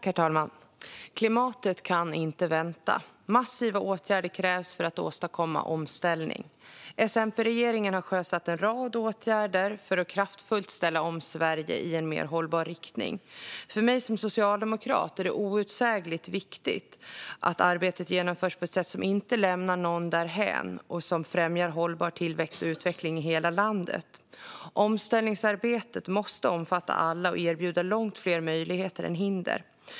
Herr talman! Klimatet kan inte vänta. Massiva åtgärder krävs för att åstadkomma omställning. S-MP-regeringen har sjösatt en rad åtgärder för att kraftfullt ställa om Sverige i en mer hållbar riktning. För mig som socialdemokrat är det outsägligt viktigt att arbetet genomförs på ett sätt som inte lämnar någon därhän och som främjar hållbar tillväxt och utveckling i hela landet. Omställningsarbetet måste omfatta alla och erbjuda långt fler möjligheter än hinder.